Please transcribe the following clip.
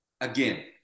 again